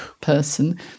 person